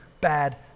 bad